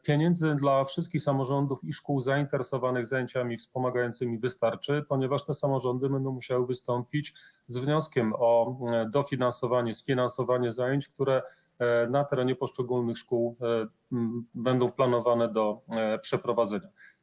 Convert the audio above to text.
Pieniędzy dla wszystkich samorządów i szkół zainteresowanych zajęciami wspomagającymi wystarczy, ponieważ samorządy będą musiały wystąpić z wnioskami o dofinansowanie, sfinansowanie zajęć, które na terenie poszczególnych szkół będą planowane do przeprowadzenia.